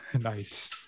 Nice